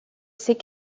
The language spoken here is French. sait